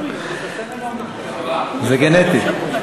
זה גנטי.